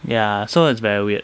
ya so it's very weird